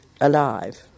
alive